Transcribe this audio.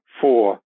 four